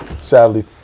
sadly